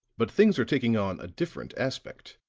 but things are taking on a different aspect.